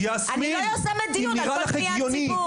אני לא יוזמת דיון על כל פניית ציבור.